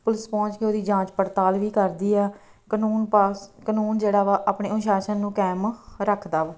police ਪਹੁੰਚ ਕੇ ਉਹਦੀ ਜਾਂਚ ਪੜਤਾਲ ਵੀ ਕਰਦੀ ਹੈ ਕਾਨੂੰਨ ਪਾਸ ਕਾਨੂੰਨ ਜਿਹੜਾ ਵਾ ਆਪਣੇ ਅਨੁਸ਼ਾਸ਼ਨ ਨੂੰ ਕਾਇਮ ਰੱਖਦਾ ਵਾ